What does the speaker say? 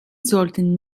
sollten